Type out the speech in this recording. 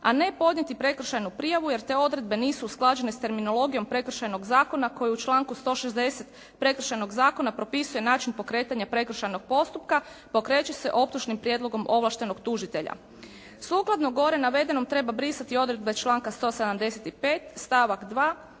a ne podnijeti prekršajnu prijavu jer te odredbe nisu usklađene s terminologijom Prekršajnog zakona koji u članku 160. Prekršajnog zakona propisuje način pokretanja prekršajnog postupka, pokreće se optužnim prijedlogom ovlaštenog tužitelja. Sukladno gore navedenom, treba brisati odredbe članka 175. stavak 2.